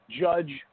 Judge